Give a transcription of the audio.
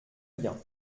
bien